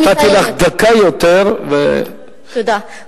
כיוון שנתתי לך דקה יותר, תודה.